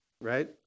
right